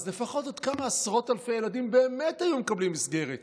אז לפחות עוד כמה עשרות אלפי ילדים באמת היו מקבלים מסגרת